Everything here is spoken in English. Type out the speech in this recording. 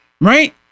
right